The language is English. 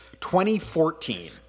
2014